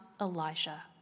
Elijah